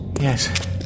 Yes